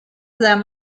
them